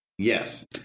Yes